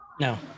no